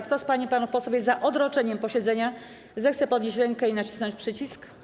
Kto z pań i panów posłów jest za odroczeniem posiedzenia, zechce podnieść rękę i nacisnąć przycisk.